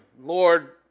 Lord